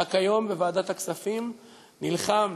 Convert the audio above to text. רק היום בוועדת הכספים נלחמנו